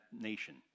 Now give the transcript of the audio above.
nation